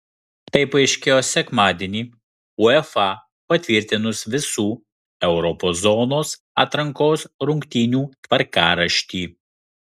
tai paaiškėjo sekmadienį uefa patvirtinus visų europos zonos atrankos rungtynių tvarkaraštį